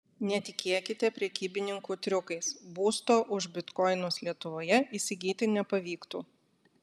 netikėkite prekybininkų triukais būsto už bitkoinus lietuvoje įsigyti nepavyktų